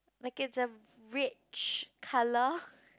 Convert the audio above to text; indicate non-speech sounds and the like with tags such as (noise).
like it's a rich colour (breath)